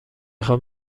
خوام